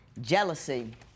Jealousy